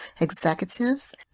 executives